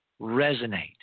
resonate